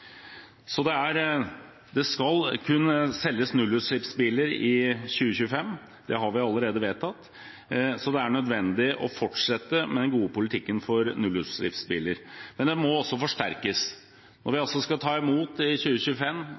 Så det er nødvendig å fortsette med den gode politikken for nullutslippsbiler, men den må også forsterkes. Når vi fra 2025 skal ta imot